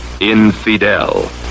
infidel